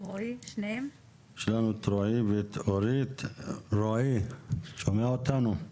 יש לנו את רועי ואת אורית, רועי שומע אותנו?